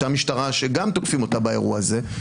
אותה משטרה שגם תוקפים אותה באירוע הזה,